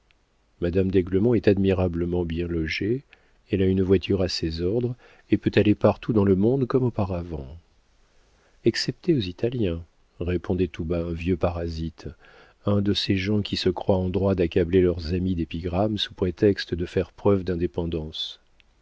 madame d'aiglemont est admirablement bien logée elle a une voiture à ses ordres et peut aller partout dans le monde comme auparavant excepté aux italiens répondait tout bas un vieux parasite un de ces gens qui se croient en droit d'accabler leurs amis d'épigrammes sous prétexte de faire preuve d'indépendance